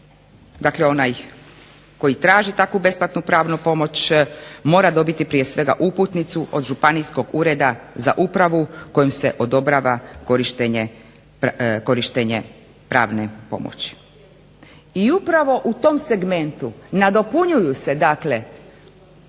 dakle onaj koji traži takvu besplatnu pravnu pomoć, mora dobiti prije svega uputnicu od županijskog ureda za upravu kojom se odobrava korištenje pravne pomoći. I upravo u tom segmentu nadopunjuju se dakle